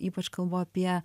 ypač kalbu apie